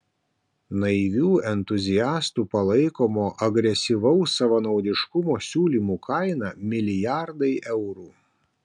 naivių entuziastų palaikomo agresyvaus savanaudiškumo siūlymų kaina milijardai eurų